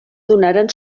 donaren